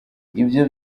ibyo